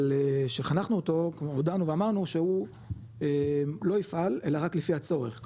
אבל כשחנכנו אותו הודענו ואמרנו שהוא לא יפעל אלא רק לפי הצורך,